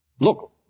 Look